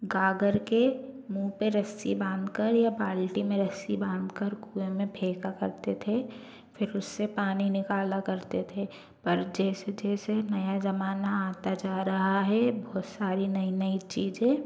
गागर के मुँह पर रस्सी बांध कर या बाल्टी मे रस्सी बांध कर कर कुएँ मे फेंका करते थे फिर उससे पानी निकाला करते थे पर जैसे जैसे नया ज़माना आता जा रहा है बहुत सारी नई नई चीज़ें